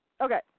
Okay